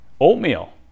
oatmeal